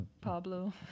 Pablo